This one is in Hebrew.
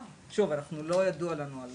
שוב, לא ידוע לנו על